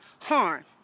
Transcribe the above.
harm